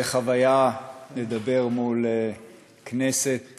זה חוויה לדבר מול כנסת,